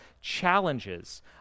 challenges